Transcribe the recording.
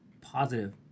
positive